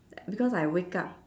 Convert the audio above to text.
because I wake up